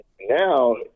now